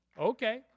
Okay